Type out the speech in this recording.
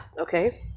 Okay